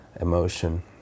emotion